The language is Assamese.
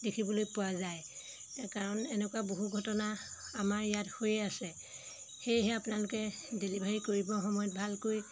দেখিবলৈ পোৱা যায় কাৰণ এনেকুৱা বহু ঘটনা আমাৰ ইয়াত হৈয়ে আছে সেয়েহে আপোনালোকে ডেলিভাৰী কৰিব সময়ত ভালকৈ